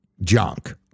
junk